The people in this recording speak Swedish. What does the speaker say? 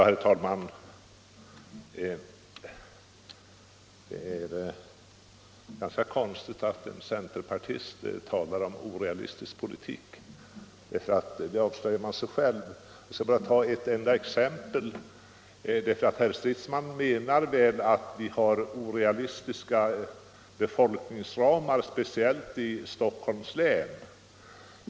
Herr talman! Det är ganska märkligt när en centerpartist talar om orealistisk politik hos andra. Därmed avslöjar han sig själv. Herr Stridsman menar väl att vi har orealistiska befolkningsramar speciellt i Stockholms län.